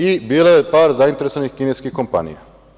I bilo je par zainteresovanih kineskih kompanija.